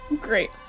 Great